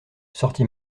sorti